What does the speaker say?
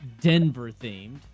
Denver-themed